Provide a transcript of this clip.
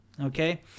Okay